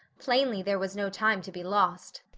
plainly there was no time to be lost.